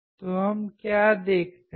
तो हम क्या देखते हैं